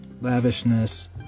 lavishness